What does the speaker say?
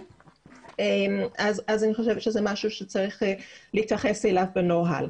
אני חושבת שזה משהו שצריך להתייחס אליו בנוהל.